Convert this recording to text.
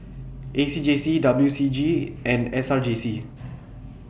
A C J C W C G and S R J C